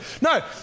No